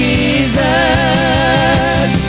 Jesus